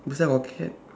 beside got cat